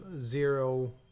zero